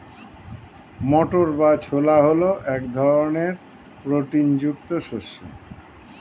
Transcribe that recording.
মটর বা ছোলা হল এক ধরনের প্রোটিন যুক্ত শস্য